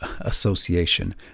Association